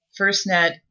FirstNet